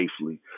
safely